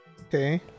Okay